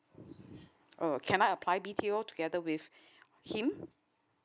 oh can I apply B_T_O together with him